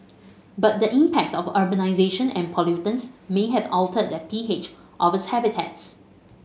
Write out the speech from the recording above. but the impact of urbanisation and pollutants may have altered the P H of its habitats